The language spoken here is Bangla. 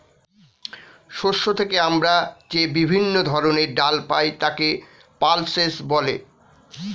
শস্য থেকে আমরা যে বিভিন্ন ধরনের ডাল পাই তাকে পালসেস বলে